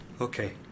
Okay